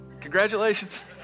Congratulations